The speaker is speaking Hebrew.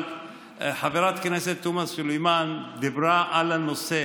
אבל חברת הכנסת תומא סלימאן דיברה על הנושא